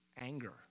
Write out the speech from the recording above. Anger